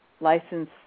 license